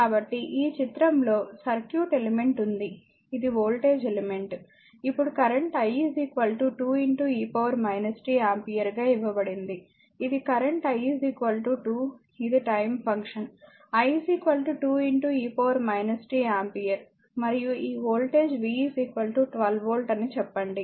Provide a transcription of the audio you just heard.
కాబట్టి ఈ చిత్రంలో సర్క్యూట్ ఎలిమెంట్ ఉంది ఇది వోల్టేజ్ ఎలిమెంట్ ఇప్పుడు current i 2 e t ampere గా ఇవ్వబడింది ఇది కరెంట్ i 2 ఇది time function i 2 e t ampere మరియు ఈ వోల్టేజ్ v 12 వోల్ట్ అని చెప్పండి